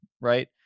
right